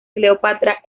cleopatra